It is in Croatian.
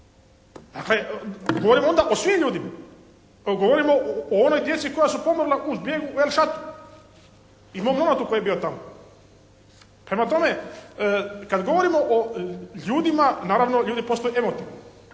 Dakle, govorimo onda o svim ljudima. Pa govorimo o onoj djeci koja su pomrla u …/Govornik se ne razumije./… koji je bio tamo. Prema tome, kad govorimo o ljudima, naravno ljudi postaju emotivni,